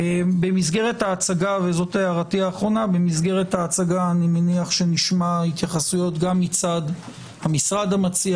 במסגרת ההצגה אני מניח שנשמע התייחסויות גם מצד המשרד המציע